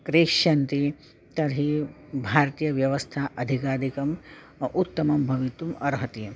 क्रेष्यन्ति तर्हि भारतीयव्यवस्था अधिकाधिकम् उत्तमं भवितुम् अर्हति